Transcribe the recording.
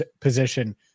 position